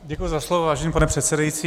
Děkuji za slovo, vážený pane předsedající.